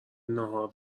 ناهار